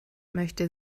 möchte